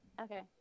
Okay